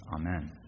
Amen